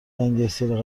گنگستر